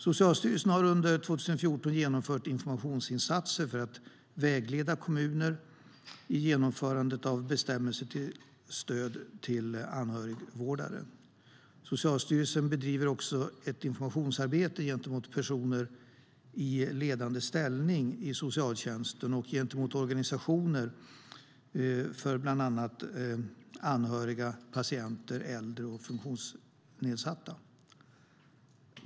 Socialstyrelsen har under 2014 genomfört informationsinsatser för att vägleda kommuner vid genomförandet av bestämmelserna om stöd till anhörigvårdare. Socialstyrelsen bedriver också ett informationsarbete gentemot personer i ledande ställning i socialtjänsten och gentemot organisationer för bland annat anhöriga, patienter, äldre och funktionsnedsatta.